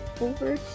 over